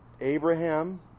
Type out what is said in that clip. Abraham